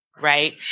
Right